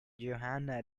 johanna